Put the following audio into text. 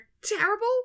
terrible